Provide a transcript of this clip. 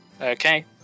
Okay